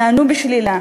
נענו בשלילה.